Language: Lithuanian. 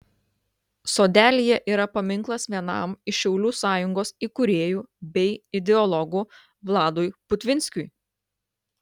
sodelyje yra paminklas vienam iš šaulių sąjungos įkūrėjų bei ideologų vladui putvinskiui